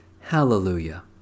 Hallelujah